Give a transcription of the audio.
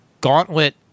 gauntlet